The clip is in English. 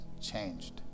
changed